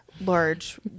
large